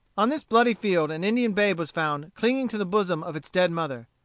on this bloody field an indian babe was found clinging to the bosom of its dead mother.